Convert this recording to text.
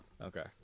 Okay